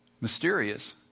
Mysterious